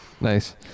Nice